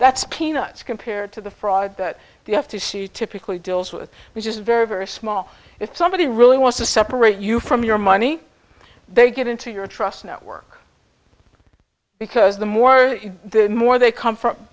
that's peanuts compared to the fraud that the f t c typically deals with which is a very very small if somebody really wants to separate you from your money they get into your trust network because the more the more they come from